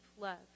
love